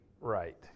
Right